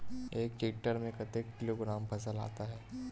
एक टेक्टर में कतेक किलोग्राम फसल आता है?